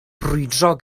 brwydro